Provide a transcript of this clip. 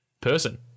person